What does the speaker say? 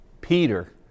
Peter